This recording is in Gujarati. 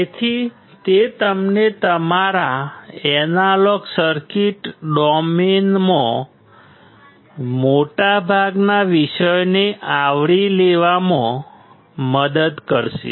તેથી તે તમને તમારા એનાલોગ સર્કિટ ડોમેનમાં મોટાભાગના વિષયોને આવરી લેવામાં મદદ કરશે